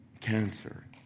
cancer